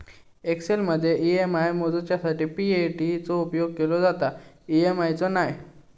एक्सेलमदी ई.एम.आय मोजूच्यासाठी पी.ए.टी चो उपेग केलो जाता, ई.एम.आय चो नाय